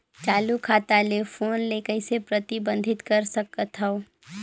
चालू खाता ले फोन ले कइसे प्रतिबंधित कर सकथव?